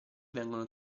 vengono